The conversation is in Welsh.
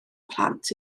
plant